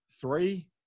three